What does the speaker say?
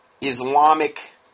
Islamic